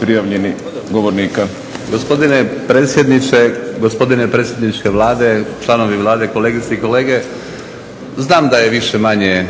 prijavljenih govornika. **Radoš, Jozo (HNS)** Gospodine predsjedniče, gospodine predsjedniče Vlade, članovi Vlade, kolegice i kolege. Znam da je više-manje